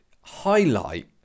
highlight